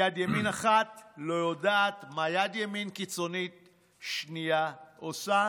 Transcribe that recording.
יד ימין אחת לא יודעת מה יד ימין קיצוני שנייה עושה,